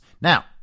Now